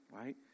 right